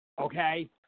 okay